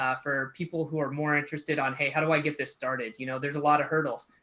ah for people who are more interested on hey, how do i get this started? you know, there's a lot of hurdles.